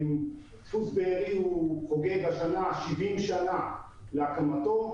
דפוס בארי חוגג השנה 70 שנה להקמתו,